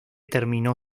terminó